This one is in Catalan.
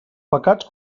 pecats